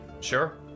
sure